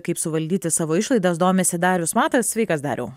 kaip suvaldyti savo išlaidas domisi darius matas sveikas dariau